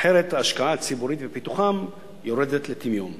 אחרת ההשקעה הציבורית בפיתוחם יורדת לטמיון.